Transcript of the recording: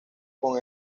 con